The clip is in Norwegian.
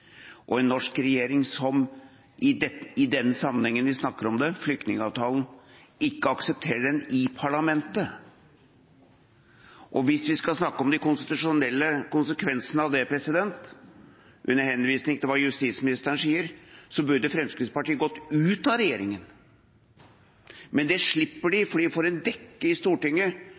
en norsk regjering som i den sammenheng vi snakker om, flyktningavtalen, ikke aksepterer den i parlamentet. Hvis vi skal snakke om de konstitusjonelle konsekvensene av det, under henvisning til hva justisministeren sier, burde Fremskrittspartiet gått ut av regjeringa. Men det slipper de